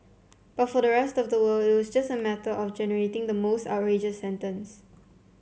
but for the rest of the world it'll just a matter of generating the most outrageous sentence